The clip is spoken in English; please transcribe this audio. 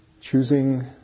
choosing